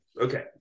Okay